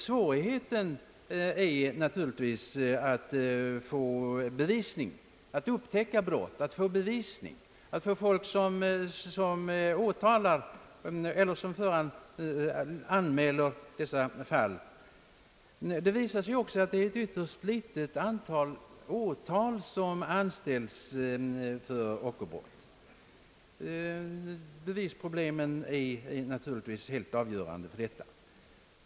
Svårigheten är naturligtvis att upptäcka brott och få bevisning, att få personer som anmäler dessa fall till åtal. Det visar sig också att ett ytterst litet antal åtal anställs för ockerbrott. Bevisproblemen är naturligtvis helt avgörande för detta.